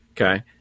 Okay